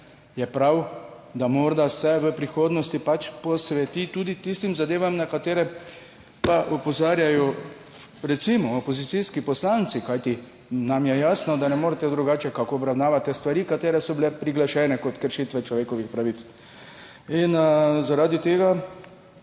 je prav, da se morda v prihodnosti pač posveti tudi tistim zadevam, na katere pa opozarjajo recimo opozicijski poslanci. Kajti nam je jasno, da ne morete drugače, kakor obravnavati stvari, ki so bile priglašene kot kršitve človekovih pravic. Zaradi tega